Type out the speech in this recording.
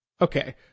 Okay